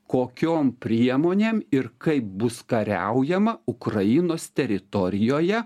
kokiom priemonėm ir kaip bus kariaujama ukrainos teritorijoje